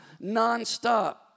nonstop